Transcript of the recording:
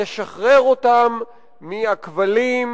נשחרר אותם מהכבלים,